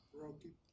Broken